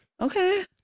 Okay